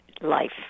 life